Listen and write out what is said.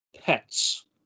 pets